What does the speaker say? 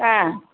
ஆ